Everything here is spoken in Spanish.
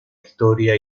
historia